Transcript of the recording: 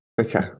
Okay